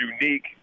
unique